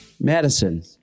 Madison